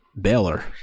Baylor